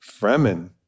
Fremen